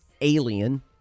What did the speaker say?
alien